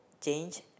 change